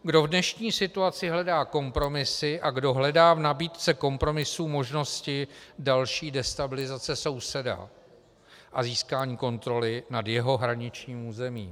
Kdo v dnešní situaci hledá kompromisy a kdo hledá v nabídce kompromisů možnosti další destabilizace souseda a získání kontroly nad jeho hraničním územím?